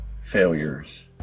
failures